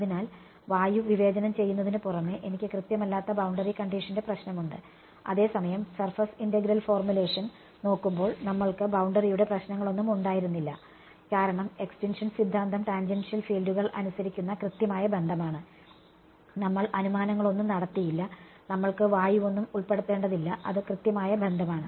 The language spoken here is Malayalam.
അതിനാൽ വായു വിവേചനം ചെയ്യുന്നതിനുപുറമെ എനിക്ക് കൃത്യമല്ലാത്ത ബൌണ്ടറി കണ്ടിഷൻറെ പ്രശ്നമുണ്ട് അതേസമയം സർഫസ് ഇന്റഗ്രൽ ഫോർമുലേഷൻ നോക്കുമ്പോൾ നമ്മൾക്ക് ബൌണ്ടറിയുടെ പ്രശ്നങ്ങളൊന്നും ഉണ്ടായിരുന്നില്ല കാരണം എക്സിടിൻഷൻ സിദ്ധാന്തം ടാൻജൻഷ്യൽ ഫീൽഡുകൾ അനുസരിക്കുന്ന കൃത്യമായ ബന്ധമാണ് നമ്മൾ അനുമാനങ്ങളൊന്നും നടത്തിയില്ല നമ്മൾക്ക് വായുവൊന്നും ഉൾപ്പെടുത്തേണ്ടതില്ല അത് കൃത്യമായ ബന്ധമാണ്